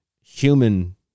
human